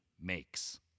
makes